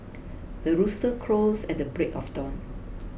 the rooster crows at the break of dawn